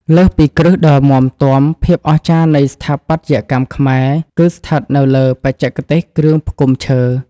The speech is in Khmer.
លើសពីគ្រឹះដ៏មាំទាំ ភាពអស្ចារ្យនៃស្ថាបត្យកម្មខ្មែរគឺស្ថិតនៅលើ បច្ចេកទេសគ្រឿងផ្គុំឈើ។